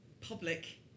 public